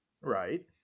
Right